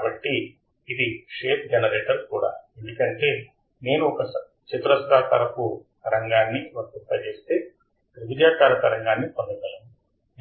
కాబట్టి ఇది shape generator కూడా ఎందుకంటే నేను ఒక చతురస్రాకారపు తరంగాన్ని వర్తింపజేస్తే త్రిభుజాకార తరంగాన్ని పొందగలను